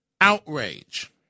Outrage